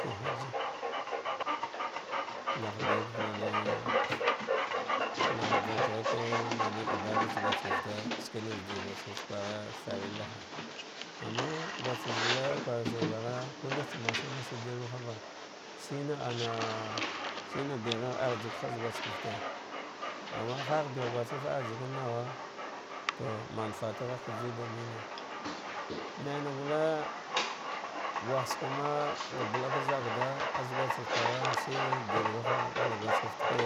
Ki hasi nagh kamah ɗilda mame, kanah va daghka man ibaɗatsa guskefte, svena zaɗiguskefte kwana farillaha amma guskefte gulle kware shir kwara, kaniktsa masalima hava shina ana, shina bvirna arziki hagh guskefte ama har begh guskefte arziki nawa to man fagheghe ka juwa ɗa mene naina gulle gwagh sakana balla ka zakɗa az guskefte kwara sai ɗelkagha, bala guskefte ke